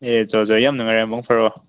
ꯑꯦ ꯆꯣ ꯆꯣ ꯌꯥꯝ ꯅꯨꯡꯉꯥꯏꯔꯦ ꯃꯪ ꯐꯔꯣ